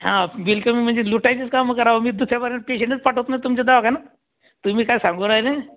हो बिल कमी म्हणजे लुटायचंच कामं करा हो मी दुसऱ्या बारंनी पेशंटच पाठवत नाही तुमच्या दवाखान्यात तुम्ही काय सांगू राहिले